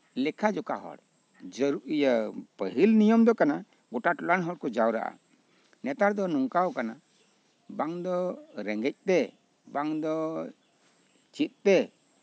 ᱞᱮᱠᱷᱟ ᱡᱚᱠᱷᱟ ᱦᱚᱲ ᱤᱭᱟᱹ ᱯᱟᱹᱦᱤᱞ ᱱᱤᱭᱚᱢ ᱫᱚ ᱠᱟᱱᱟ ᱜᱳᱴᱟ ᱴᱚᱞᱟ ᱨᱮᱱ ᱦᱚᱲ ᱠᱚ ᱡᱟᱣᱨᱟᱜᱼᱟ ᱱᱮᱛᱟᱨ ᱫᱚ ᱱᱚᱝᱠᱟᱣ ᱠᱟᱱᱟ ᱵᱟᱝ ᱫᱚ ᱨᱮᱸᱜᱮᱡ ᱛᱮ ᱵᱟᱝᱫᱚ ᱪᱮᱫᱛᱮ